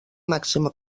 màxima